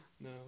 No